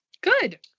Good